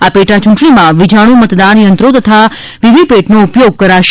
આ પેટા ચ્રંટણીમાં વીજાણ મતદાન યંત્રો તથા વીવીપેટનો ઉપયોગ કરાશે